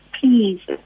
please